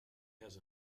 has